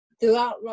throughout